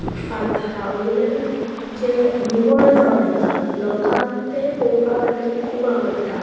फातरावयल्यान जें निवळ जावन येता लोकांक तें पळोवपा खातीर खूब आवडटा